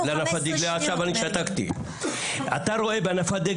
15 יש פררוגטיבה לפעול בשטח הקמפוס כפי שהם רואים לנכון,